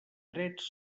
drets